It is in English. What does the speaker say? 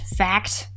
fact